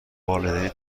والدین